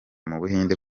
mubuhinde